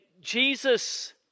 Jesus